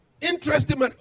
interesting